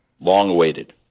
long-awaited